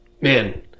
Man